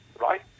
right